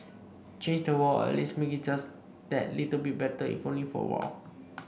change the world or at least make it just that little bit better if only for a while